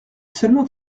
seulement